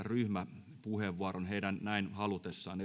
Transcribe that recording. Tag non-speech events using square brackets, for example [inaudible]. [unintelligible] ryhmäpuheenvuoron heidän näin halutessaan [unintelligible]